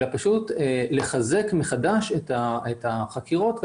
אלא פשוט לחזק מחדש את החקירות,